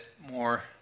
more